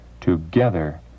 together